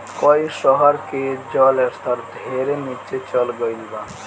कई शहर के जल स्तर ढेरे नीचे चल गईल बा